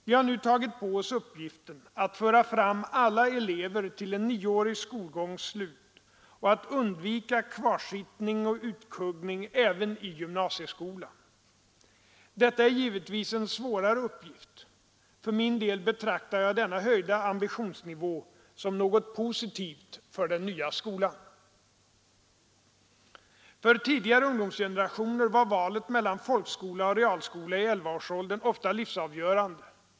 Vi har nu tagit på oss uppgiften att föra fram alla elever till en nioårig skolgångs slut och att undvika kvarsittning och utkuggning även i gymnasieskolan. Detta är givetvis en svårare uppgift. För min del betraktar jag denna höjda ambitionsnivå som något positivt för den nya skolan. För tidigare ungdomsgenerationer var valet mellan folkskola och realskola i 11-årsåldern ofta livsavgörande.